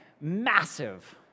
massive